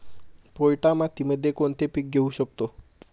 पोयटा मातीमध्ये कोणते पीक घेऊ शकतो?